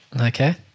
Okay